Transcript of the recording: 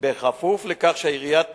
בכפוף לכך שעיריית